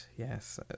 Yes